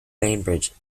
bainbridge